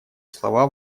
слова